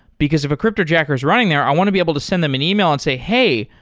because if a cryptojacker is running there, i want to be able to send them an email and say, hey!